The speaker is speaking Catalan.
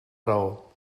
raó